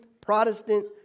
Protestant